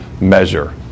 measure